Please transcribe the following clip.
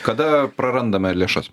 kada prarandame lėšas